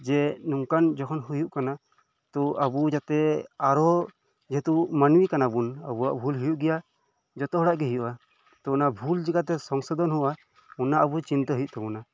ᱡᱮ ᱱᱚᱝᱠᱟᱱ ᱡᱚᱠᱷᱚᱱ ᱦᱳᱭᱳᱜ ᱠᱟᱱᱟ ᱛᱚ ᱟᱵᱚ ᱡᱟᱛᱮ ᱟᱨᱚ ᱡᱮᱦᱮᱛᱩ ᱢᱟᱱᱢᱤ ᱠᱟᱱᱟ ᱵᱚᱱ ᱟᱵᱚᱣᱟᱜ ᱵᱷᱩᱞ ᱦᱳᱭᱳᱜ ᱜᱮᱭᱟ ᱡᱷᱚᱛᱚ ᱦᱚᱲᱟᱜ ᱜᱮ ᱦᱳᱭᱳᱜᱼᱟ ᱛᱚ ᱚᱱᱟ ᱵᱷᱩᱞ ᱪᱤᱠᱟᱹᱛᱮ ᱥᱚᱝᱥᱳᱫᱷᱚᱱᱚᱜᱼᱟ ᱚᱱᱟ ᱟᱵᱚ ᱪᱤᱱᱛᱟᱹ ᱦᱳᱭᱳᱜ ᱛᱟᱵᱚᱱᱟ